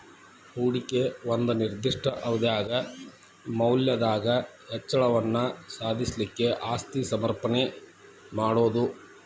ಹೂಡಿಕಿ ಒಂದ ನಿರ್ದಿಷ್ಟ ಅವಧ್ಯಾಗ್ ಮೌಲ್ಯದಾಗ್ ಹೆಚ್ಚಳವನ್ನ ಸಾಧಿಸ್ಲಿಕ್ಕೆ ಆಸ್ತಿ ಸಮರ್ಪಣೆ ಮಾಡೊದು